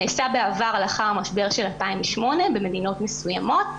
זה נעשה בעבר לאחר המשבר של 2008 במדינות מסוימות,